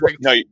No